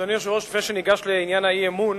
אדוני היושב-ראש, לפני שניגש לעניין האי-אמון,